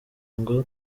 ngo